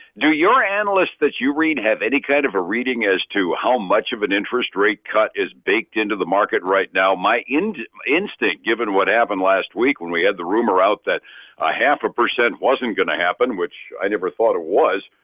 do your analysts that you read have any kind of a reading as to how much of an interest rate cut is baked into the market right now? my ind my instinct, given what happened last week when we had the rumor out that a half a percent wasn't going to happen, which i never thought it was,